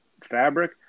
fabric